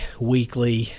weekly